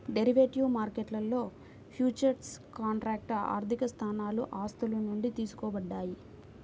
derivative మార్కెట్లో futures కాంట్రాక్ట్లు ఆర్థికసాధనాలు ఆస్తుల నుండి తీసుకోబడ్డాయి